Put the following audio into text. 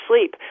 sleep